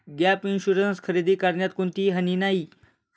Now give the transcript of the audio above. gap insurance खरेदी करण्यात कोणतीही हानी नाही